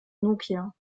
nokia